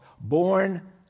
born